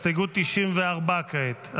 הסתייגות 94 כעת.